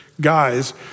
guys